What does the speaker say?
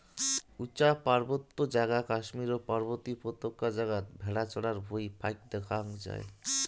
উচা পার্বত্য জাগা কাশ্মীর ও পার্বতী উপত্যকা জাগাত ভ্যাড়া চরার ভুঁই ফাইক দ্যাখ্যাং যাই